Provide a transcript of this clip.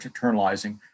internalizing